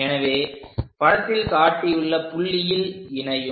எனவே படத்தில் காட்டியுள்ள புள்ளியில் இணையும்